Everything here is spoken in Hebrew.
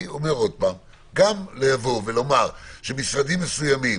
גם לומר שמשרדים מסוימים